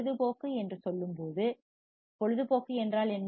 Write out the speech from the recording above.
பொழுதுபோக்கு என்று சொல்லும்போது பொழுதுபோக்கு என்றால் என்ன